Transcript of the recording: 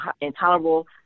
intolerable